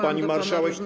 Pani Marszałek!